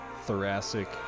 thoracic